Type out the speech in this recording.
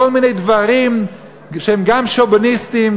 כל מיני דברים שהם גם שוביניסטיים,